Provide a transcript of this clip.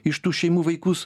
iš tų šeimų vaikus